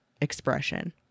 expression